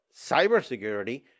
cybersecurity